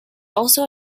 also